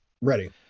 Ready